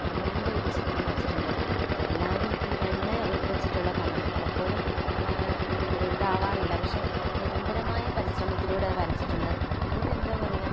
കണ്ണൻ്റെ ഒരു ചിത്രം വരച്ചിട്ടുണ്ട് എല്ലാവരും ഈ വെണ്ണ വച്ചിട്ടുള്ള കണ്ണൻ പലപ്പോഴും ഒരു ഇതാവാറില്ല പക്ഷേ നിരന്തരമായ പരിശ്രമത്തിലൂടെ അത് വരച്ചിട്ടുണ്ട് അതിനെന്താ പറയുക